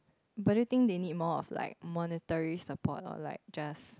but do you think they need more of like monetary support or like just